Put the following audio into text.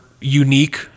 unique